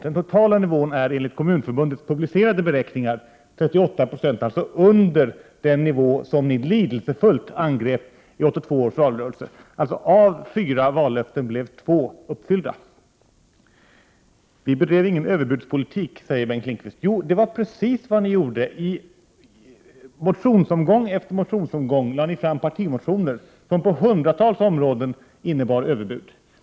Den totala nivån är enligt Kommunförbundets publicerade beräkningar 38 96, alltså under den nivå som ni lidelsefullt angrep i 1982 års valrörelse. Alltså: Av fyra vallöften blev två uppfyllda. Vi bedrev ingen överbudspolitik, sade Bengt Lindqvist. Jo, det var precis vad ni gjorde. I motionsomgång efter motionsomgång lade ni fram partimotioner som på hundratals områden innebar överbud.